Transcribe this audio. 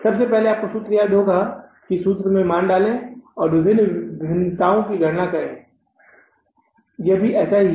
सबसे पहले आपको सूत्र को याद रखना होगा कि सूत्र में मान डालें और विभिन्न भिन्नताओं की गणना करें यहां भी ऐसा ही है